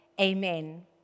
amen